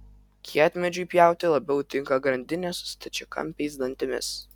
kietmedžiui pjauti labiau tinka grandinė su stačiakampiais dantimis